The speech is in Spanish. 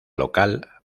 local